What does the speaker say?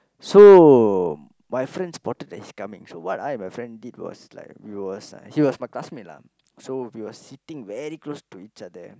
so my friend spotted that he is coming so what I and my friend did was like we was he was my classmate lah so we will sitting very close to each other